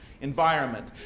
environment